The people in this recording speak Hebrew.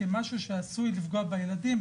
כמשהו שעשוי לפגוע בילדים,